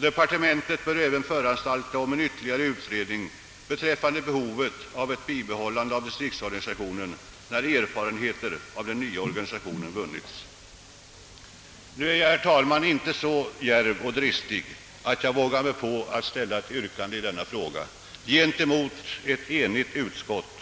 Departementet bör även föranstalta om en ytterligare utredning beträffande ett bibehållande av <:distriktsorgnisationen, när erfarenheter av den nya organisationen vunnits. Nu är jag, herr talman, inte så djärv och dristig, att jag inför denna rätt glest besatta kammare vågar mig på att ställa något yrkande i denna fråga mot ett enigt utskott.